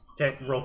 Okay